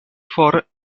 for